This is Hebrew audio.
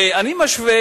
ואני משווה,